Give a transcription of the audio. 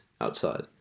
outside